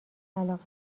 علاقه